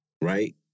right